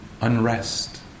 unrest